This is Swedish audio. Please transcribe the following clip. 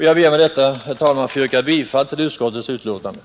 Jag ber med detta, herr talman, att få yrka bifall till utskottets hemställan.